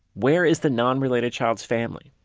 where is the non-related child's family.